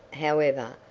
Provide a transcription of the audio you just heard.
however,